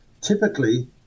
typically